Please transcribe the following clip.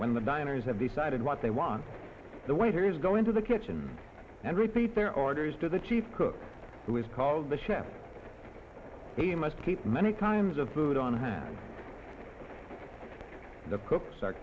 when the diners have decided what they want the waiters go into the kitchen and repeat their orders to the chief cook who is called the chef he must keep many kinds of food on hand the cooks are